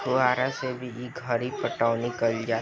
फुहारा से भी ई घरी पटौनी कईल जाता